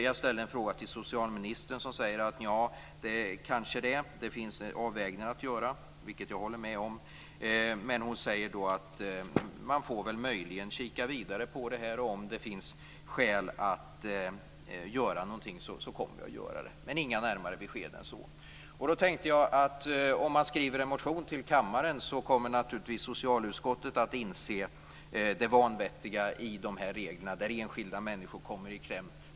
Jag ställde en fråga till socialministern som sade: Kanske det, men det finns avvägningar att göra - vilket jag håller med om. Hon ville titta vidare på det och sade att man, om det finns skäl att göra någonting kommer att göra det. Inga närmare besked än så. Då tänkte jag att om man skriver en motion i riksdagen kommer socialutskottet naturligtvis att inse det vanvettiga i dessa regler. Enskilda människor kommer i kläm.